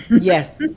yes